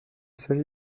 s’agit